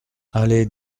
allée